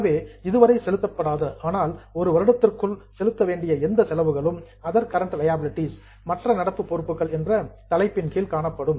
எனவே இதுவரை செலுத்தப்படாத ஆனால் 1 வருடத்திற்குள் செலுத்த வேண்டிய எந்த செலவுகளும் அதர் கரெண்ட் லியாபிலிடீஸ் மற்ற நடப்பு பொறுப்புகள் என்ற தலைப்பின் கீழ் காணப்படும்